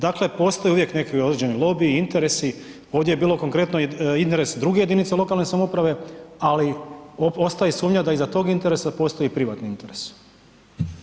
Dakle postoje uvijek neki određeni lobiji, interesi, ovdje je bilo konkretno interes druge jedinice lokalne samouprave ali ostaje sumnja da iza tog interesa postoji privatni interes.